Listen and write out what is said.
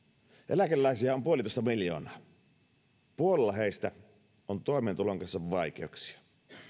eläkeläisiä on puolitoista miljoonaa puolella heistä on toimeentulon kanssa vaikeuksia